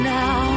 now